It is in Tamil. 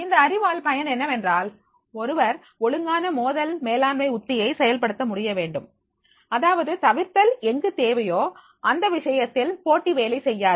இந்த அறிவால் பயன் என்னவென்றால் ஒருவர் ஒழுங்கான மோதல் மேலாண்மை உத்தியை செயல்படுத்த முடிய வேண்டும் அதாவது தவிர்த்தல் எங்கு தேவையோ அந்த விஷயத்தில் போட்டி வேலை செய்யாது